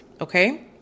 okay